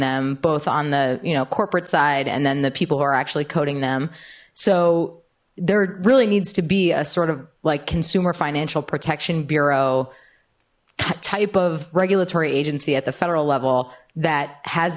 them both on the you know corporate side and then the people who are actually coding them so there really needs to be a sort of like consumer financial protection bureau type of regulatory agency at the federal level that has